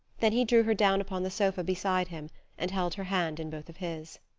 then he drew her down upon the sofa beside him and held her hand in both of his.